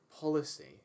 Policy